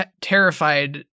terrified